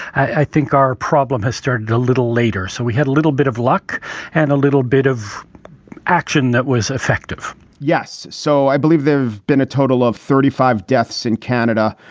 i think our problem has started a little later. so we had little bit of luck and a little bit of action that was effective yes. so i believe they've been a total of thirty five deaths in canada,